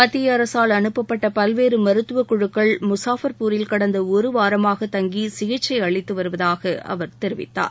மத்திய அரசால் அனுப்பப்பட்ட பல்வேறு மருத்துவக்குழுக்கள் முசாஃபா்பூரில் கடந்த ஒருவாரமாக தங்கி சிகிச்சை அளித்துவருவதாக அவர் தெரிவித்தார்